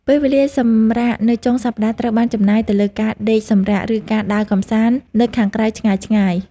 ពេលវេលាសម្រាកនៅចុងសប្តាហ៍ត្រូវបានចំណាយទៅលើការដេកសម្រាក ឬការដើរកម្សាន្តនៅខាងក្រៅឆ្ងាយៗ។